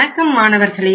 வணக்கம் மாணவர்களே